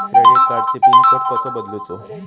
Credit कार्डची pin code कसो बदलुचा?